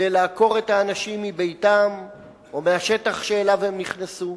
כדי לעקור את האנשים מביתם או מהשטח שאליו הם נכנסו,